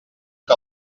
que